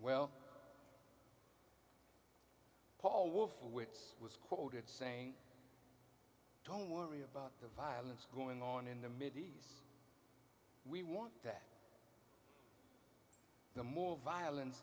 wolfowitz was quoted saying don't worry about the violence going on in the mideast we want that no more violence